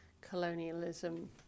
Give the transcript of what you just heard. colonialism